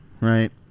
right